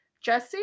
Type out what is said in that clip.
jesse